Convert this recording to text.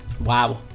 Wow